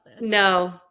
No